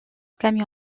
camion